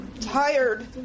tired